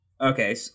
okay